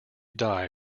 die